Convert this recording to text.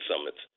summits